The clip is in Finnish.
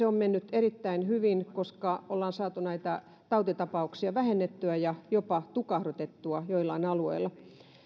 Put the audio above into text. on mennyt erittäin hyvin koska ollaan saatu näitä tautitapauksia vähennettyä ja jopa tukahdutettua joillain alueilla